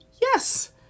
Yes